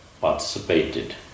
participated